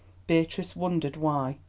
beatrice wondered why,